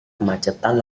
kemacetan